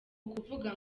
kuvuga